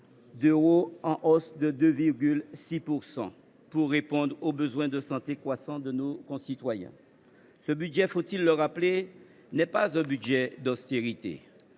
d’euros, en hausse de 2,6 %, pour répondre aux besoins de santé croissants de nos concitoyens. Ce budget – faut il le rappeler ?– n’est pas un budget d’austérité